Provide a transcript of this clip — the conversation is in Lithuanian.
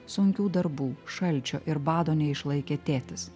sunkių darbų šalčio ir bado neišlaikė tėtis